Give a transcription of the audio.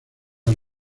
una